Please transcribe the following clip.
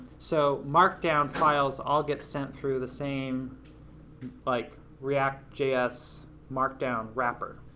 so markdown files all get sent through the same like react js markdown wrapper.